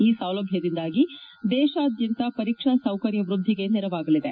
ಈ ಸೌಲಭ್ಯದಿಂದಾಗಿ ದೇಶಾದ್ಯಂತ ಪರೀಕ್ಷಾ ಸೌಕರ್ಯವೃದ್ಧಿಗೆ ನೆರವಾಗಲಿದೆ